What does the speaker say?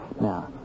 Now